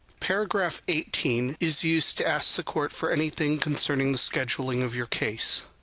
paragraph eighteen is used to ask the court for anything concerning the scheduling of your case.